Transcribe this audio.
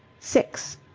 six